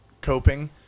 coping